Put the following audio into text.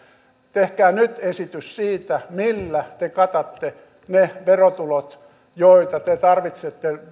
tehkää nyt esitys siitä millä te katatte ne verotulot joita te tarvitsette